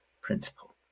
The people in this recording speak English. principle